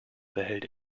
behält